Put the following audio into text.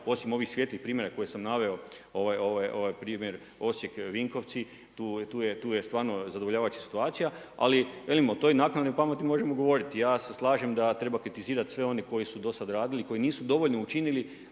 osim ovih svijetlih primjera kojih sam naveo, primjer Osijek-Vinkovci, tu je stvarno zadovoljavajuća situacija, ali velim o toj naknadnoj pameti možemo govoriti, ja se slažem da treba kritizirati sve one koji su dosad radili, koji nisu dovoljno učinili